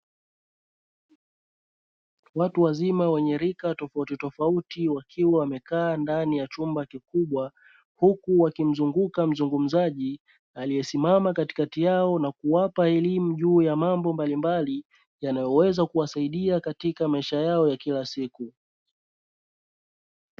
Watu wazima wenye rika tofauti tofauti wakiwa wamekaa ndani ya chumba kikubwa, huku wakimzunguka mzungumzaji aliyesimama katikati yao na kuwapa elimu juu ya mambo mbalimbali yanayoweza kuwasaidia katika maisha yao ya kila siku.